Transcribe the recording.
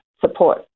support